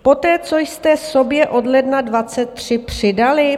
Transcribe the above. Poté co jste sobě od ledna 23 přidali?